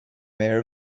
mayor